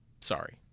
sorry